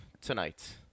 tonight